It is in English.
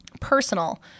Personal